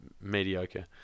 Mediocre